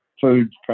food